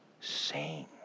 sing